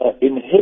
inhibit